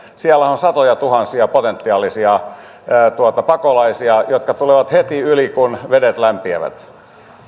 siellä on satojatuhansia potentiaalisia pakolaisia jotka tulevat heti yli kun vedet lämpiävät